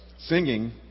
singing